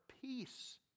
peace